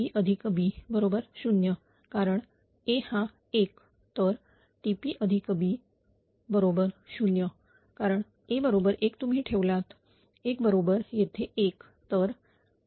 कारण A हा 1 तर 𝑇𝑝B0 कारण A बरोबर 1 तुम्ही ठेवलात A बरोबर येथे 1